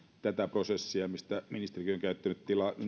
tätä prosessia mistä ministerikin on käyttänyt